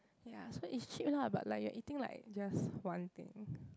ya so is cheap lah but like you're eating like just one thing